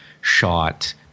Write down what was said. shot